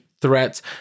threats